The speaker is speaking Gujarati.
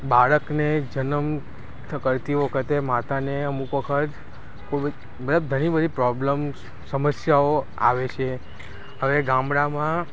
બાળકને જન્મ કરતી વખતે માતાને અમુક વખત ખૂબ મતલબ ઘણી બધી પ્રોબ્લેમ્સ સમસ્યાઓ આવે છે હવે ગામડામાં